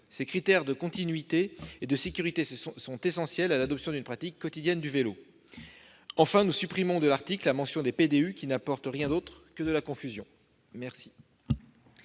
Ces critères de continuité et de sécurité sont essentiels à l'adoption d'une pratique quotidienne du vélo. Enfin, nous proposons de supprimer de l'article la mention des PDU, qui n'apporte rien d'autre que de la confusion. La